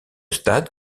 stade